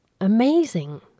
amazing